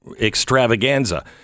extravaganza